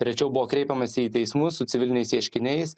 rečiau buvo kreipiamasi į teismus su civiliniais ieškiniais